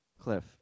Cliff